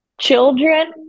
Children